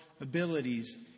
abilities